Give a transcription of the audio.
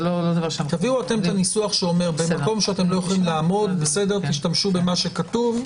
תביאו את הניסוח, תשתמשו במה שכתוב,